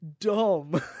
dumb